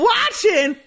Watching